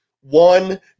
one